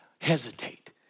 hesitate